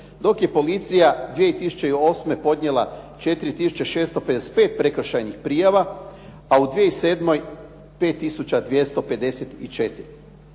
dok je policija 2008. podnijela 4 tisuće 655 prekršajnih prijava a u 2007. 5